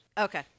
Okay